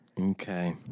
Okay